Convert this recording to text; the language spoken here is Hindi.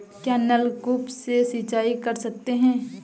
क्या नलकूप से सिंचाई कर सकते हैं?